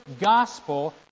Gospel